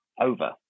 Over